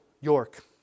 York